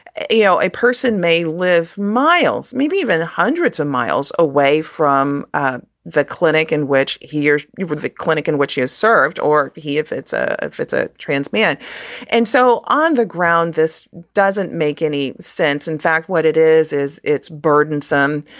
a yeah a person may live, miles, maybe even hundreds of miles away from ah the clinic in which here you would the clinic in which she has served or he if it's a if it's a trans man and so on the ground, this doesn't make any sense. in fact, what it is, is it's burdensome,